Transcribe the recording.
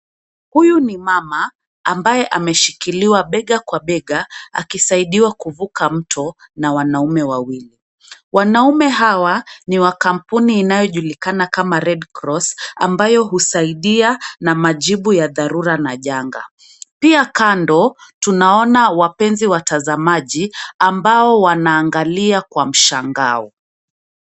Huyu ni mama, ambaye ameshikiliwa bega kwa bega akisaidiwa kuvuka mto na wanaume wawili, wanaume hawa, ni wa kampuni inayojulikana kama Red Cross ambayo husaidia na majibu ya dharura na janga, pia kando, tunaona wapenzi watazamaji, ambao wanaangalia kwa mshangao.